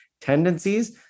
tendencies